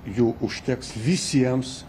jų užteks visiems